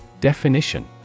Definition